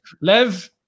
Lev